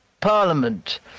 Parliament